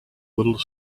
little